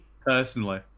personally